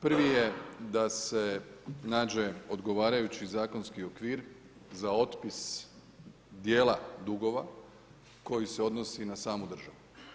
Prvi je da se nađe odgovarajući zakonski okvir za otpis dijela dugova koji se odnosi na samu državu.